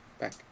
back